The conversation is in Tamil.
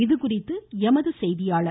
இதுகுறித்து எமது செய்தியாளர்